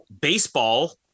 baseball